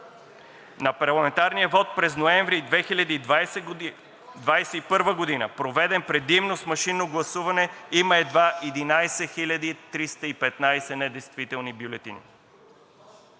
На парламентарния вот през ноември 2021 г., проведен предимно с машинно гласуване, има едва 11 315 недействителни бюлетини.